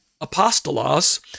apostolos